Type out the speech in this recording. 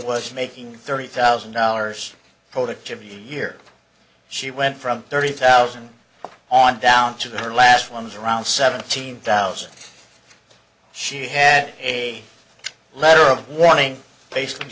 was making thirty thousand dollars productivity year she went from thirty thousand on down to the last ones around seventeen thousand she had a letter of warning bas